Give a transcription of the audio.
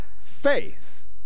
faith